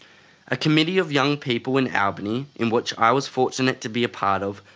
a committee of young people in albany, in which i was fortunate to be a part of,